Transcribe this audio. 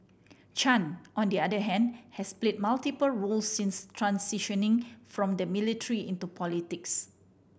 Chan on the other hand has played multiple roles since transitioning from the military into politics